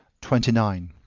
twenty nine.